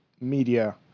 media